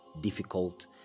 Difficult